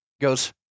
goes